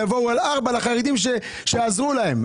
הם יבואו על ארבע לחרדים שיעזרו להם.